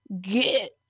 get